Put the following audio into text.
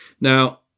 now